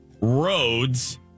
roads